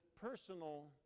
personal